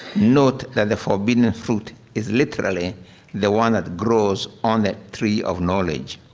note that the forbidden and fruit is literally the one that grows on that tree of knowledge.